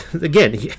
again